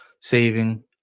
saving